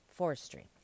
forestry